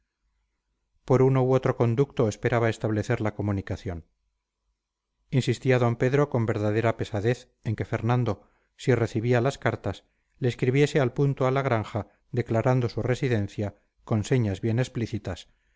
por uno u otro conducto esperaba establecer la comunicación insistía d pedro con verdadera pesadez en que fernando si recibía las cartas le escribiese al punto a la granja declarando su residencia con señas bien explícitas a fin